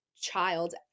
child